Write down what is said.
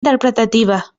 interpretativa